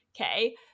Okay